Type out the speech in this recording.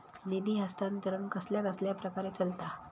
निधी हस्तांतरण कसल्या कसल्या प्रकारे चलता?